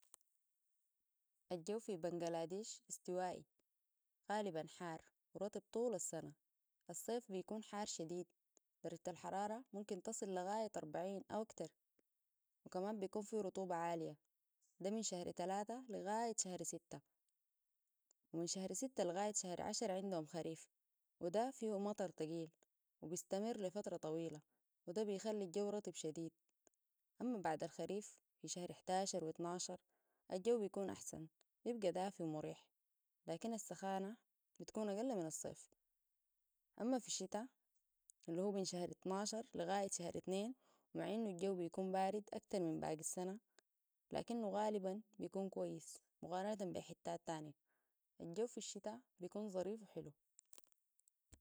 الجو في بنغلاديش استوائي غالبا حار ورطب طول السنة الصيف بيكون حار شديد درجة الحرارة ممكن تصل لغاية 40 أو كتر وكمان بيكون فيه رطوبة عالية ده من شهر تلاته لغاية شهر سته ومن شهر سته لغاية شهر عشره عندهم خريف وده فيه مطر تقيل وبيستمر لفترة طويلة وده بيخلي الجو رطب شديد أما بعد الخريف في شهر حداشر و اطناشر الجو بيكون أحسن بيبقى دافي ومريح لكن السخانة بتكون أقل من الصيف أما في الشتاء اللي هو بين شهراطناشر لغاية شهراتنين ومع إنه الجو بيكون بارد أكتر من باقي السنة لكنه غالبا بيكون كويس مقارنتن ب حتات تانيه الجو في الشتاء بيكون ظريف وحلو